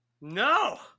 No